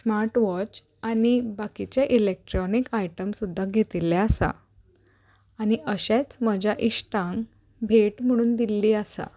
smart watch आनी बाकीचे electronic item सुद्दां घेतिल्ले आसा आनी अशेंच म्हज्या इश्टांक भेट म्हणून दिल्ली आसा